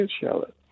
Charlotte